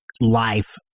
life